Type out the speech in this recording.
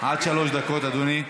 למה את לא מדברת על ילדים,